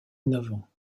innovants